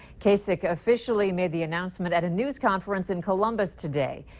kasich officially made the announcement at a news conference in columbus today.